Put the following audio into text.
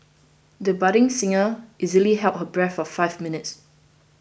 the budding singer easily held her breath for five minutes